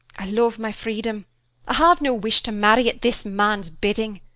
i love my freedom, i have no wish to marry at this man's bidding.